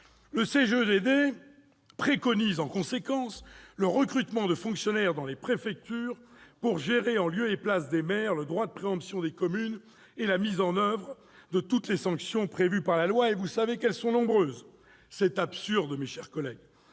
le CGEDD préconise le recrutement de fonctionnaires dans les préfectures ... Ah non !... pour gérer, en lieu et place des maires, le droit de préemption des communes et la mise en oeuvre de toutes les sanctions prévues par la loi- vous savez qu'elles sont nombreuses. Cela, mes chers collègues,